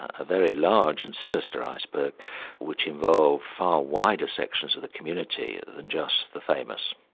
a very large and sinister iceberg which involved far wider sections of the community than just the famous.